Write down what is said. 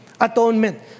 atonement